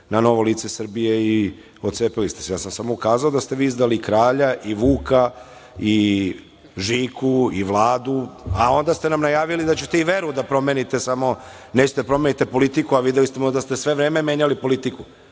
na Novo lice Srbije i otcepili ste se. Ja sam samo ukazao da ste vi izdali kralja i Vuka i Žiku i Vladu, a onda ste nam najavili i da ćete i veru da promenite samo nećete da promenite politiku, ali videli smo da ste sve vreme menjali politiku,